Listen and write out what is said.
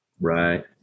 Right